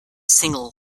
single